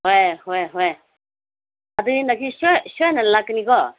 ꯍꯣꯏ ꯍꯣꯏ ꯍꯣꯏ ꯑꯗꯨꯗꯤ ꯉꯁꯤ ꯁꯣꯏꯗꯅ ꯂꯥꯛꯀꯅꯤꯀꯣ